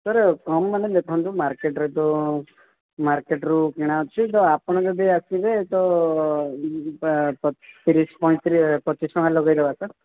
sir କମ୍ ମାନେ ଦେଖନ୍ତୁ ମାର୍କେଟ୍ ରେ ତ ମାର୍କେଟ୍ରୁ କିଣା ଅଛି ତ ଆପଣ ଯଦି ଆସିବେ ତ ତିରିଶି ପଚିଶି ଟଙ୍କା ଲଗାଇଦବା ସାର୍